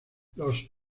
los